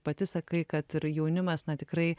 pati sakai kad ir jaunimas na tikrai